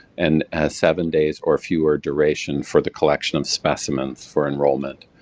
and seven days or fewer duration for the collection of specimens for enrollment.